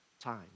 time